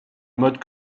mode